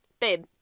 babe